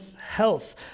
health